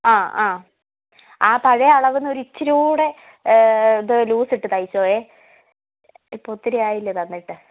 ആ ആ ആ പഴയ അളവിൽ നിന്ന് ഒരിച്ചിരി കൂടെ ഇത് ലൂസ് ഇട്ട് തയ്ച്ചോ ഏ ഇപ്പോൾ ഒത്തിരി ആയില്ലേ തന്നിട്ട്